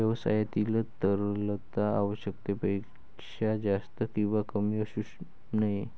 व्यवसायातील तरलता आवश्यकतेपेक्षा जास्त किंवा कमी असू नये